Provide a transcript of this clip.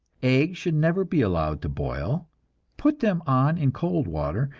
eggs should never be allowed to boil put them on in cold water,